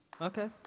okay